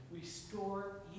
restore